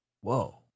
Whoa